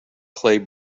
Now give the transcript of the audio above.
clay